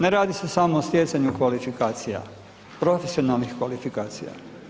Ne radi se samo o stjecanju kvalifikacija, profesionalnih kvalifikacija.